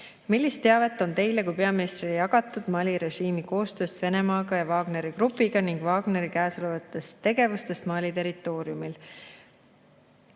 "Millist teavet on Teile kui peaministrile jagatud Mali režiimi koostööst Venemaaga ja Wagneri grupiga ning Wagneri käimasolevatest tegevustest Mali territooriumil?"